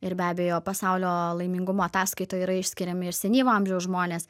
ir be abejo pasaulio laimingumo ataskaitoj yra išskiriami ir senyvo amžiaus žmonės